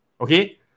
okay